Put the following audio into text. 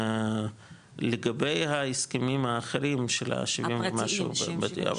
לגבי ההסכמים האחרים של השבעים ומשהו בתי אב,